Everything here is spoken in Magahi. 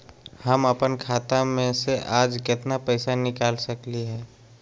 हम अपन खाता में से आज केतना पैसा निकाल सकलि ह?